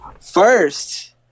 First